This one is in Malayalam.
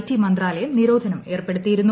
ടി മന്ത്രാലയം നിരോധനം ഏർപ്പെടുത്തിയിരുന്നു